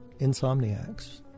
insomniacs